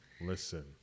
Listen